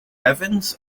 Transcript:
evans